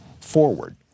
forward